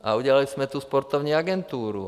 A udělali jsme tu sportovní agenturu.